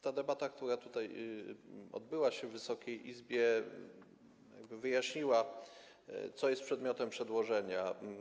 Ta debata, która odbyła się w Wysokiej Izbie, wyjaśniła, co jest przedmiotem przedłożenia.